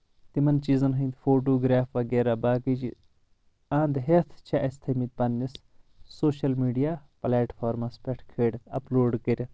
تِمن چیٖزن ہنٛدۍ فوٹوگراف وغیرہ باقٕے چیٖز انٛد ہیتھ چھِ اسہِ تھٔمٕتۍ پننِس سوشل میڈیا پٕلیٹ فارمس پٮ۪تھ خٲلتھ اپلوڈ کرِتھ